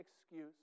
excuse